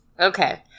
Okay